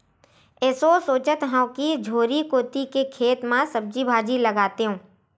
एसो सोचत हँव कि झोरी कोती के खेत म सब्जी भाजी लगातेंव